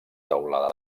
teulada